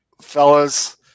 fellas